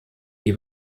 wie